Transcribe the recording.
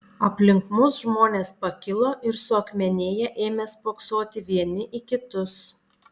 aplink mus žmonės pakilo ir suakmenėję ėmė spoksoti vieni į kitus